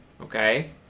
okay